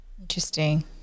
Interesting